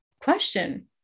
question